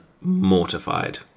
mortified